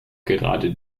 gerade